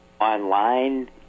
online